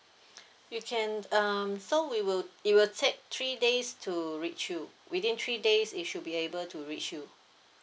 you can um so we would it will take three days to reach you within three days it should be able to reach you